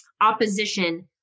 opposition